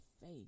faith